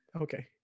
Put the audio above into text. Okay